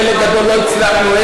חלק גדול לא הצלחנו,